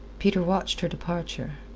peter watched her departure.